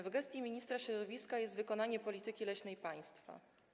W gestii ministra środowiska jest wykonanie polityki leśnej państwa.